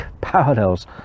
parallels